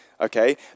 okay